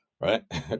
right